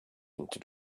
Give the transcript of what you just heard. into